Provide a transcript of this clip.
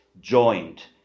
joined